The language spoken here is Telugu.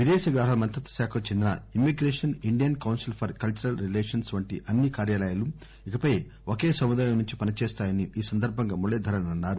విదేశ వ్యవహారాల మంత్రిత్వశాఖ కు చెందిన immigration Indian council for cultural relations వంటి అన్నీ కార్యాలయాలూ ఇకపై ఒకే సముదాయం నుంచి పని చేస్తాయని ఈ సందర్బంగా మురళీధరన్ అన్నారు